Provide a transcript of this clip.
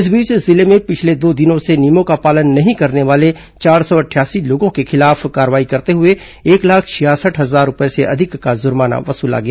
इस बीच जिले में पिछले दो दिनों से नियमों का पालन नहीं करने वाले चार सौ अठासी लोगों के खिलाफ कार्रवाई करते हुए एक लाख छियासठ हजार रूपये से अधिक का जुर्माना वसुला गया